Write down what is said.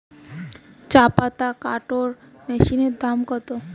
চাপাতা কাটর মেশিনের দাম কত?